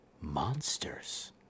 monsters